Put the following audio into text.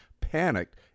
panicked